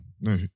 No